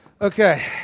Okay